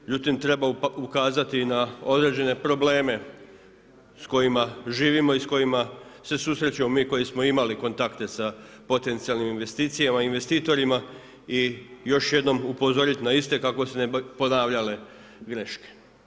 Međutim, treba ukazati i na određene probleme s kojima živimo i s kojima se susrećemo mi koji smo imali kontakte sa potencijalnim investicijama i investitorima i još jednom upozoriti na iste kako se ne bi ponavljale greške.